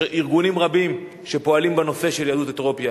יש ארגונים רבים שפועלים בנושא של יהדות אתיופיה.